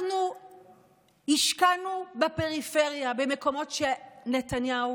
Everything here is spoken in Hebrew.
אנחנו השקענו בפריפריה במקומות שנתניהו